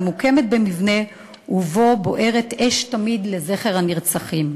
הממוקמת במבנה שבו בוערת אש תמיד לזכר הנרצחים.